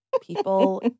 People